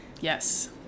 yes